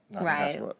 Right